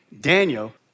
Daniel